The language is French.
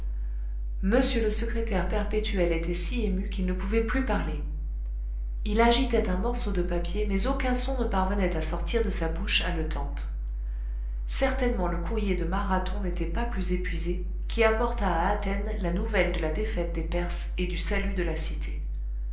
m le secrétaire perpétuel était si ému qu'il ne pouvait plus parler il agitait un morceau de papier mais aucun son ne parvenait à sortir de sa bouche haletante certainement le courrier de marathon n'était pas plus épuisé qui apporta à athènes la nouvelle de la défaite des perses et du salut de la cité